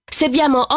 serviamo